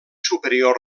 superior